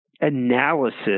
analysis